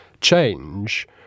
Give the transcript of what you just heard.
change